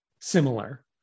similar